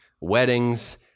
weddings